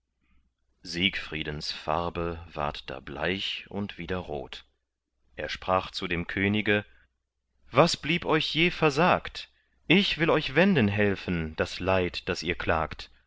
siegfriedens farbe ward da bleich und wieder rot er sprach zu dem könige was blieb euch je versagt ich will euch wenden helfen das leid das ihr klagt